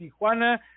Tijuana